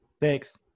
Thanks